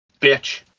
bitch